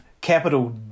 capital